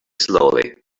slowly